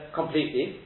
completely